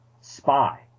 spy